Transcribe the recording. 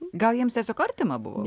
gal jiems tiesiog artima buvo vien